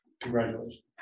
Congratulations